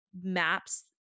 maps